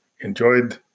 enjoyed